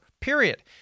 period